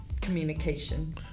communication